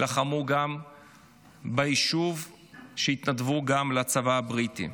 לחמו ביישוב והתנדבו לצבא הבריטי.